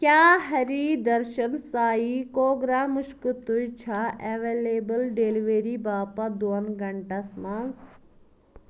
کیٛاہ ۂری درشن سایی کوگرٛا مُشکہٕ تُج چھےٚ اٮ۪وٮ۪لیبٕل ڈیٚلؤری باپتھ دۄن گھنٛٹَس منٛز